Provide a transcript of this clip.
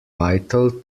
vital